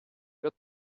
got